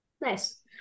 nice